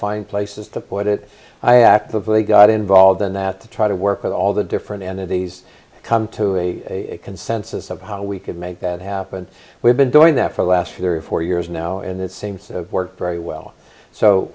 find places to put it i actively got involved in that to try to work with all the different entities come to a consensus about how we can make that happen we've been doing that for the last three or four years now in that same sort of work very well so